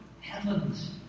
heavens